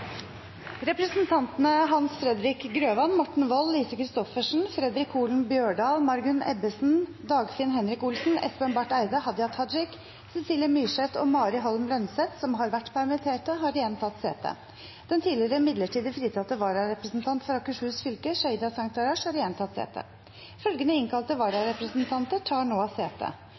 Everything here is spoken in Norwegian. Representantene Hans Fredrik Grøvan , Morten Wold , Lise Christoffersen , Fredric Holen Bjørdal , Margunn Ebbesen , Dagfinn Henrik Olsen , Espen Barth Eide , Hadia Tajik , Cecilie Myrseth og Mari Holm Lønseth , som har vært permittert, har igjen tatt sete. Den tidligere midlertidig fritatte vararepresentant for Akershus fylke, Sheida Sangtarash , har igjen tatt sete. Følgende innkalte vararepresentanter tar nå sete: